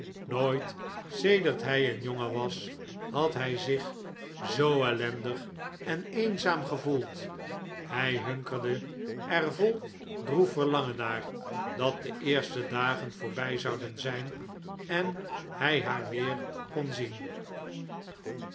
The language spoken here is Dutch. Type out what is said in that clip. nooit sedert hij een jongen was had hij zich zoo ellendig en eenzaam gevoeld hij hunkerde er vol droef verlangen naar dat de eerste dagen voorbij zouden zijn en hij haar weer kon zien